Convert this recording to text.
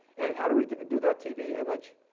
and how do we do that tv image?